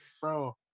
Bro